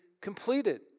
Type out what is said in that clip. completed